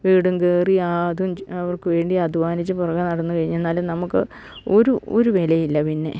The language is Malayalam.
വീടും കേറി അതും അവർക്ക് വേണ്ടി അധ്വാനിച്ച് പുറകെ നടന്ന് കഴിഞ്ഞെന്നാലും നമുക്ക് ഒരു ഒരു വിലയില്ല പിന്നെ